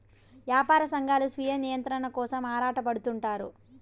యాపార సంఘాలు స్వీయ నియంత్రణ కోసం ఆరాటపడుతుంటారు